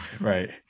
Right